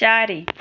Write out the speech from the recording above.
ଚାରି